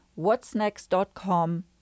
whatsnext.com